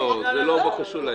זה לא קשור.